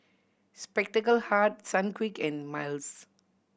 Spectacle Hut Sunquick and Miles